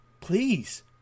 please